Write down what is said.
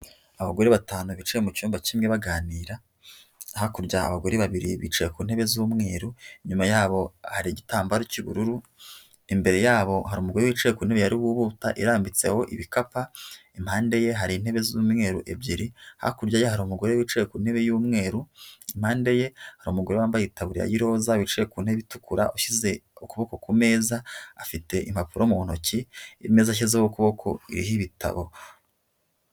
Abagore batanu bicaye mucyumba kimwe baganira, hakurya abagore babiri bicaye ku ntebe z'umweru inyuma yabo hari igitambaro cy'ubururu, imbere yabo hari umugore wicaye ku ntebe arihuta irambitseho ibikapu impande ye hari intebe z'umweru ebyiri hakurya ye hari umugore wicaye ku ntebe y'umweru, imande ye hari umugore wambaye itabuya roza wicaye ku ntebe itukura; ushyize ukuboko ku meza afite impapuro mu ntoki imeza ashyizeho kuboko iriho ibitabo.